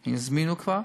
הם הזמינו כבר.